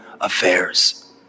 affairs